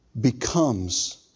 becomes